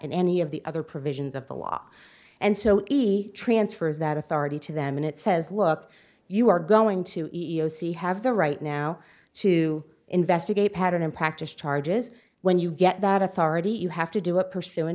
in any of the other provisions of the law and so he transfers that authority to them and it says look you are going to have the right now to investigate pattern and practice charges when you get that authority you have to do it pursu